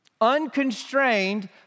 Unconstrained